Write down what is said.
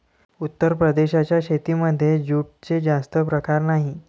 उत्तर प्रदेशाच्या शेतीमध्ये जूटचे जास्त प्रकार नाही